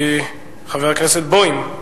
חבר הכנסת בוים.